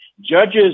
judges